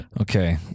Okay